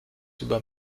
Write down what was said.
über